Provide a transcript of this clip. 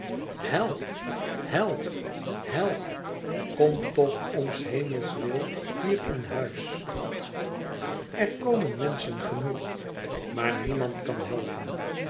help help help kom toch om's hemels wil hier in huis i er komen menschen genoeg maar niemand kan helpen